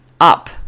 up